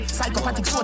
Psychopathic